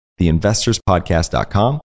theinvestorspodcast.com